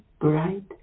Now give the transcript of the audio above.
bright